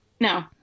No